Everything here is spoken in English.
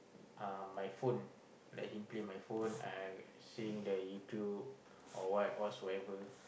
uh my phone let him play my phone uh seeing the YouTube or what whatsoever